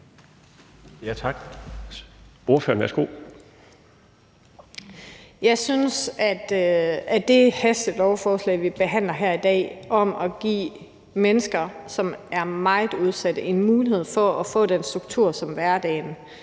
Fabricius (S): Det hastelovforslag, som vi behandler her i dag, giver mennesker, som er meget udsatte, en mulighed for at få den struktur, som vi andre